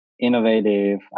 innovative